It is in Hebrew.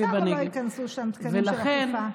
אז ייכנסו שם או לא ייכנסו שם תקנים של אכיפה?